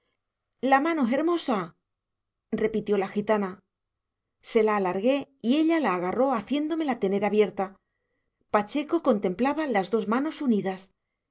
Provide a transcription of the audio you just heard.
la mano jermosa repitió la gitana se la alargué y ella la agarró haciéndomela tener abierta pacheco contemplaba las dos manos unidas